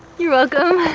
you're welcome.